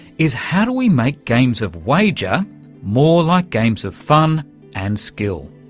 is how do we make games of wager more like games of fun and skill.